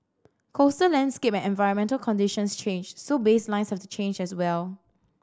coastal landscape and environmental conditions change so baselines have to change as well